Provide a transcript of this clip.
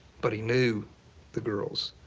but he knew the girls.